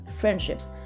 friendships